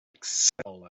excel